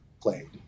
played